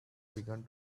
began